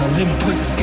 Olympus